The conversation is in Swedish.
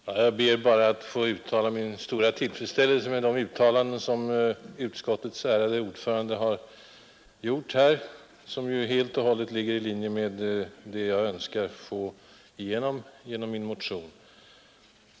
Herr talman! Jag ber bara att få uttrycka min tillfredsställelse över de uttalanden, som utskottets ärade ordförande nu här har gjort och som ju helt och hållet ligger i linje med det jag önskat uppnå med min motion.